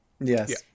Yes